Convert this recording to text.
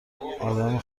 ادم